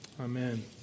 Amen